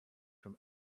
from